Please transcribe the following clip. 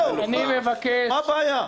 מה הבעיה?